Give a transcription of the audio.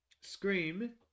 Scream